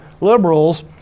liberals